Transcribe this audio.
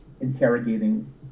interrogating